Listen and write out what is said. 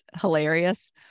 hilarious